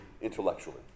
intellectually